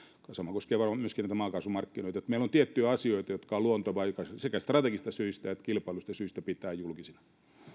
sama koskee varmaan näitä maakaasumarkkinoita että meillä on tiettyjä asioita jotka on luontevaa sekä strategisista syistä että kilpailullisista syistä pitää julkisina